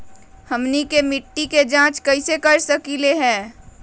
हमनी के मिट्टी के जाँच कैसे कर सकीले है?